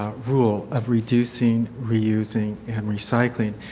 um rule of reducing, reusing, and recycling.